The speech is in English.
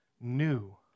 new